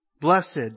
Blessed